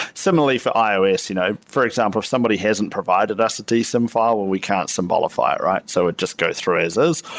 similarly for ios, you know for example, if somebody hasn't provided us a decent file where we can't symbolify it, right? so it just goes through as is,